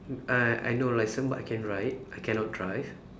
I I no licence but I can ride I cannot drive